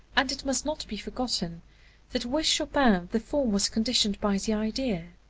and it must not be forgotten that with chopin the form was conditioned by the idea.